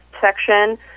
section